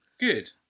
Good